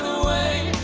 away,